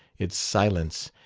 its silence,